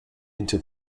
into